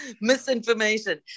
Misinformation